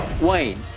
Wayne